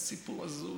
סיפור הזוי.